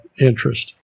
interest